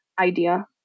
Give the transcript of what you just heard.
idea